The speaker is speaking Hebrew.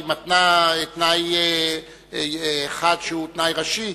היא מתנה תנאי אחד שהוא תנאי ראשי,